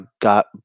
got